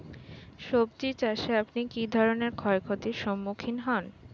সবজী চাষে আপনি কী ধরনের ক্ষয়ক্ষতির সম্মুক্ষীণ হন?